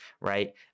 right